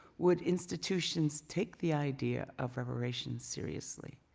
would institutions take the idea of reparations seriously?